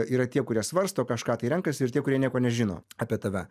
yra tie kurie svarsto kažką tai renkasi ir tie kurie nieko nežino apie tave